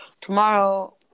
Tomorrow